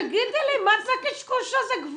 תגידי לי מה זה הקשקוש הזה?